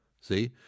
see